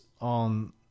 on